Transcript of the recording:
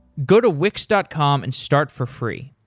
go to wix dot com and start for free!